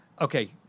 Okay